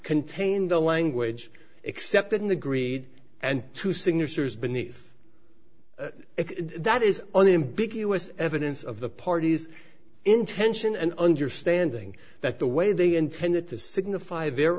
contain the language except in the greed and two signatures beneath that is on the ambiguous evidence of the parties intention and understanding that the way they intended to signify their